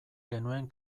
genuen